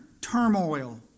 turmoil